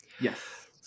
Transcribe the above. yes